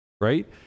right